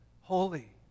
holy